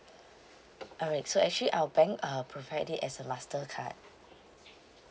alright so actually our bank uh provide it as a mastercard